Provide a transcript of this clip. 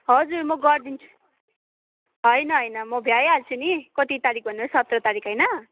हजुर म गरिदिन्छु होइन होइन म भ्याइहाल्छु नि कति तारिख भन्नु भयो सत्र तारिख होइन